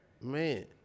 Man